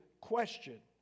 question